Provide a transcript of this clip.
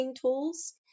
tools